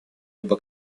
либо